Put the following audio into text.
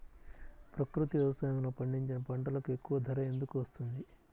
ప్రకృతి వ్యవసాయములో పండించిన పంటలకు ఎక్కువ ధర ఎందుకు వస్తుంది?